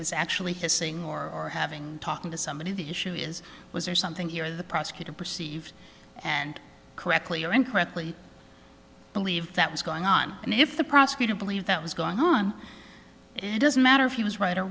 was actually hissing or having talking to somebody the issue is was there something here the prosecutor perceived and correctly or incorrectly believed that was going on and if the prosecutor believed that was going on it doesn't matter if he was right or